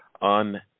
on